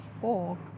fork